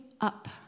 up